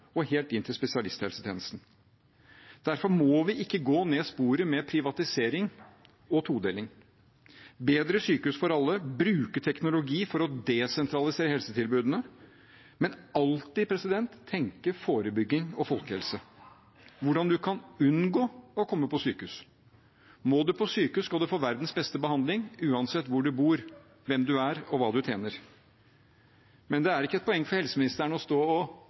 og helt inn til spesialisthelsetjenesten. Derfor må vi ikke gå ned sporet med privatisering og todeling. Vi må ha bedre sykehus for alle, bruke teknologi for å desentralisere helsetilbudene, men alltid tenke forebygging og folkehelse, hvordan man kan unngå å komme på sykehus. Må man på sykehus, skal man få verdens beste behandling uansett hvor man bor, hvem man er, og hva man tjener. Det er ikke et poeng for helseministeren å stå og